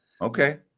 okay